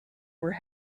were